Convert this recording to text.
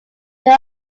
they